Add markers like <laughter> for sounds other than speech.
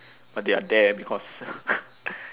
but they are there because <noise>